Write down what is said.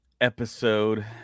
episode